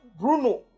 Bruno